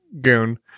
goon